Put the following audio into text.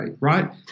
right